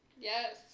Yes